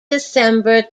december